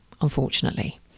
unfortunately